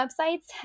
websites